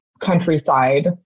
countryside